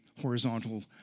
horizontal